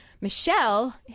Michelle